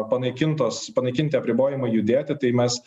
panaikintos panaikinti apribojimai judėti tai mes